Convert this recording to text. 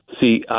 See